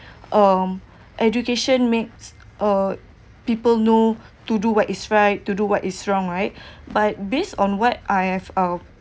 um education makes uh people know to do what is right to do what is wrong right but based on what I have uh